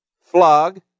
flog